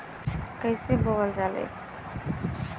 कईसे बोवल जाले?